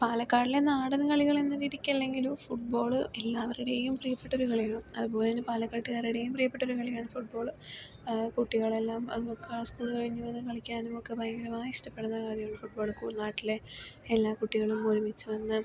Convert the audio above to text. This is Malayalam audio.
പാലക്കാടിലെ നാടൻ കളികൾ എന്ന രീതിക്കല്ലെങ്കിലും ഫുട് ബോൾ എല്ലാവരുടെയും പ്രിയപ്പെട്ട ഒരു കളിയാണ് അതുപോലെ പാലക്കാട്ടുക്കാരുടെയും പ്രിയപ്പെട്ട ഒരു കളിയാണ് ഫുട് ബോൾ കുട്ടികളെല്ലാം ക്ലാസ്സ് സ്കൂൾ കഴിഞ്ഞ് കളിക്കാനൊക്കെ ഭയങ്കരമായി ഇഷ്ടപ്പെടുന്ന കാര്യമാണ് ഫുട് ബോൾ നാട്ടിലെ എല്ലാ കുട്ടികളും ഒരുമിച്ച് വന്ന്